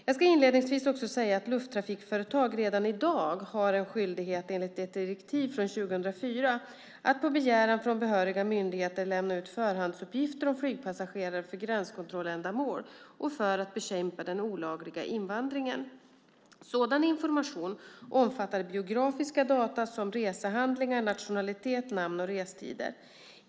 Jag ska inledningsvis också säga att lufttrafikföretag redan i dag har en skyldighet enligt ett direktiv från 2004 att på begäran från behöriga myndigheter lämna ut förhandsuppgifter om flygpassagerare för gränskontrolländamål och för att bekämpa den olagliga invandringen. Sådan information omfattar biografiska data såsom resehandlingar, nationalitet, namn och restider.